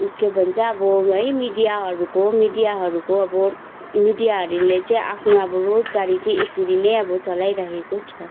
के भन्छ अब है मिडियाहरूको मिडियाहरूको अब मिडियाहरूले चाहिँ आफनो अब रोजगारी चाहिँ यसरी नै अब चलाइरहेको छ